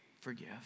forgive